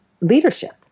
leadership